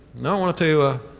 now i want to tell you a,